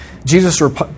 Jesus